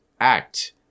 act